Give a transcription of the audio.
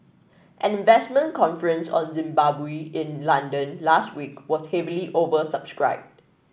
an investment conference on Zimbabwe in London last week was heavily oversubscribed